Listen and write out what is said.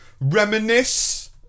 reminisce